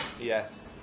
Yes